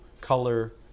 color